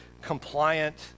compliant